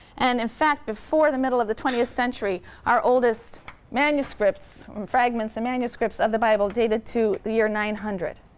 and in fact before the middle of the twentieth century, our oldest manuscripts and fragments of manuscripts of the bible dated to the year nine hundred.